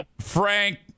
Frank